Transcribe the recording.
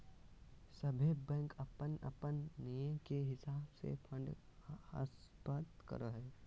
सभे बैंक अपन अपन नियम के हिसाब से फंड ट्रांस्फर करो हय